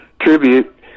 tribute